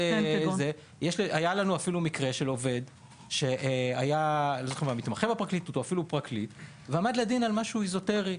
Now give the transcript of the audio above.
היה לנו מקרה של עובד מהפרקליטות שהועמד לדין על משהו אזוטרי.